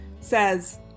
says